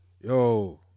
Yo